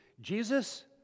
Jesus